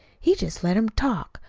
he just let him talk,